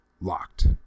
Locked